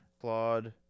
Claude